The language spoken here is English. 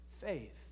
faith